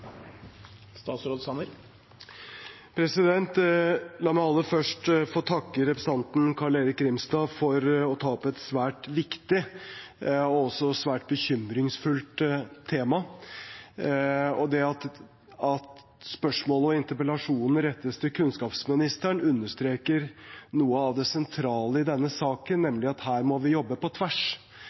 La meg aller først få takke representanten Carl-Erik Grimstad for å ta opp et svært viktig og også svært bekymringsfullt tema. Det at spørsmålet og interpellasjonen rettes til kunnskapsministeren, understreker noe av det sentrale i denne saken, nemlig at her må vi jobbe på tvers